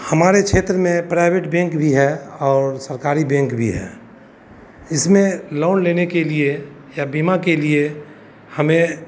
हमारे क्षेत्र में प्राइवेट बेंक भी है और सरकारी बेंक भी हैं इसमें लोन लेने के लिए या बीमा के लिए हमें